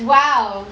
!wow!